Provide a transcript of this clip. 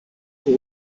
für